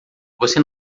você